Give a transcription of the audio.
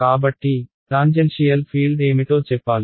కాబట్టి tangential field ఏమిటో చెప్పాలి